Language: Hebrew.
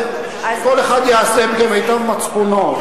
וכל אחד יעשה כמיטב מצפונו,